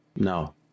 No